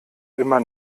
immer